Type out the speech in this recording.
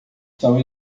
são